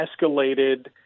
escalated